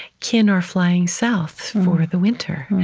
kin are flying south for the winter.